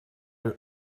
you